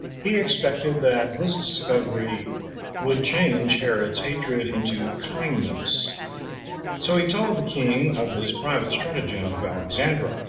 he expected that this discovery would change herod's hatred into kindness so he told the king of this private stratagem of alexandra